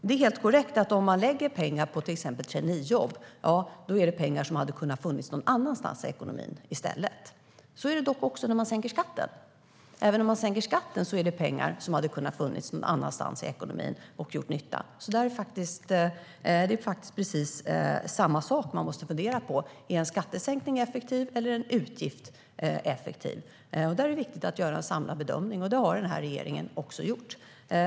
Det är helt korrekt att om man lägger pengar på till exempel traineejobb är det pengar som i stället hade kunnat finnas någon annanstans i ekonomin. Så är det dock även när man sänker skatten. Det är också pengar som hade kunnat finnas någon annanstans i ekonomin och göra nytta. Man måste fundera på precis samma sak när det gäller om en skattesänkning eller en uppgift är effektiv. Där är det viktigt att göra en samlad bedömning, och det har regeringen gjort.